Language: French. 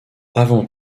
avant